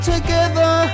together